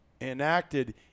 enacted